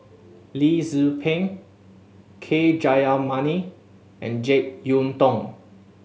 Lee Tzu Pheng K Jayamani and Jek Yeun Thong